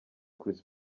chris